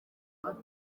abantu